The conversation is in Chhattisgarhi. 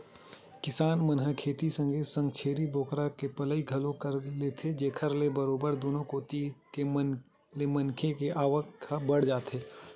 किसान मन ह खेती के संगे संग छेरी बोकरा के पलई घलोक कर लेथे जेखर ले बरोबर दुनो कोती ले मनखे के आवक ह बड़ जाथे